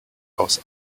aus